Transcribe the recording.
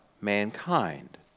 mankind